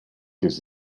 gives